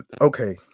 okay